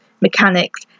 mechanics